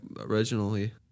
originally